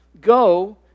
Go